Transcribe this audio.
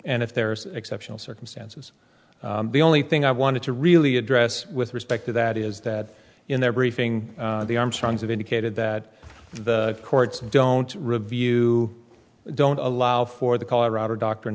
and if there's exceptional circumstances the only thing i wanted to really address with respect to that is that in their briefing the armstrongs have indicated that the courts don't review don't allow for the colorado doctrine